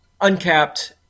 uncapped